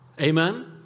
Amen